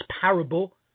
parable